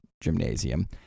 gymnasium